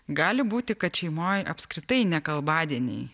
gali būti kad šeimoj apskritai nekalbadieniai